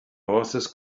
horses